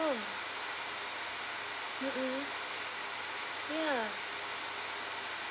oh mm mm ya